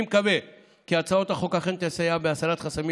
אני מקווה כי הצעת החוק אכן תסייע בהסרת חסמים